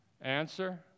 Answer